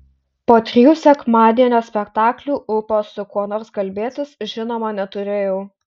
po trijų sekmadienio spektaklių ūpo su kuo nors kalbėtis žinoma neturėjau